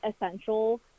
essential